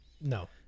No